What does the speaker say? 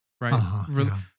right